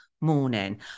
morning